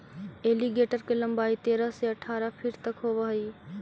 alligator के लंबाई तेरह से अठारह फीट तक होवऽ हइ